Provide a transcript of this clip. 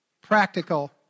practical